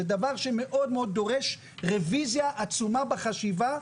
זה דבר שמאוד דורש רוויזיה עצומה בחשיבה,